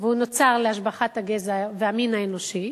והוא נוצר להשבחת הגזע והמין האנושי.